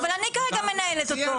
אבל אני כרגע מנהלת אותו.